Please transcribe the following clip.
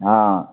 हँ